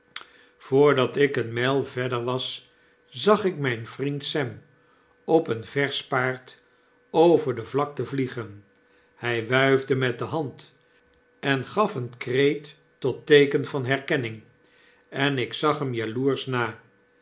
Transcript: voordat ik eene myl verder was zag ik mijn vriend sem op een versch paard over de vlakte vliegen hy wuifde met de hand en gaf een kreet tot teeken van herkenning enikzag hem jaloersch na